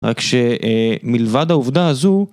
רק שמלבד העובדה הזו